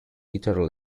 guitar